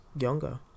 younger